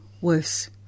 worse